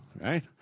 Right